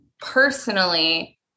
personally